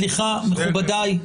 סליחה, מכובדיי.